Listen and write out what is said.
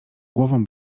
głową